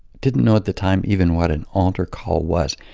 didn't know at the time even what an altar call was